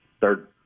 third